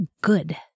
good